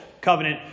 covenant